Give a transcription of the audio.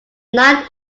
nine